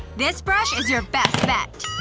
this brush is your best bet.